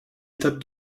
étape